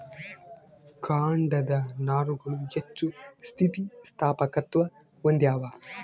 ಕಾಂಡದ ನಾರುಗಳು ಹೆಚ್ಚು ಸ್ಥಿತಿಸ್ಥಾಪಕತ್ವ ಹೊಂದ್ಯಾವ